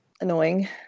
annoying